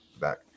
back